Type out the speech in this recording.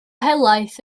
helaeth